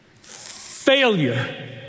Failure